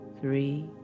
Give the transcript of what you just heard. three